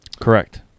Correct